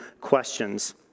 questions